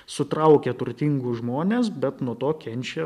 sutraukia turtingus žmones bet nuo to kenčia